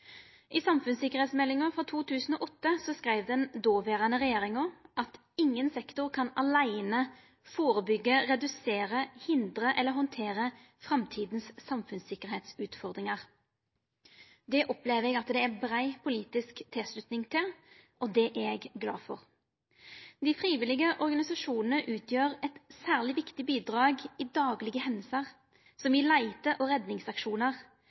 I samfunnssikkerheitmeldinga frå 2008 skreiv den dåverande regjeringa: «Ingen sektor kan alene forebygge, redusere, hindre eller håndtere fremtidens samfunnssikkerhetsutfordringer.» Det opplever eg at det er brei politisk tilslutning til, og det er eg glad for. Dei frivillige organisasjonane utgjer eit særleg viktig bidrag i daglege hendingar, som i leite- og redningsaksjonar,